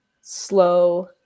slow